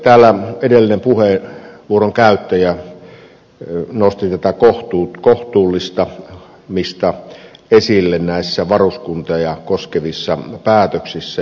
täällä edellinen puheenvuoron käyttäjä nosti tätä kohtuullistamista esille näissä varuskuntia koskevissa päätöksissä